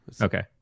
okay